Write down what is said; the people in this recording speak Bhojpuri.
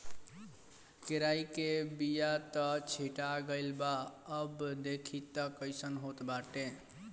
केराई के बिया त छीटा गइल बा अब देखि तअ कइसन होत बाटे